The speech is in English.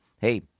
Hey